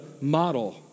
model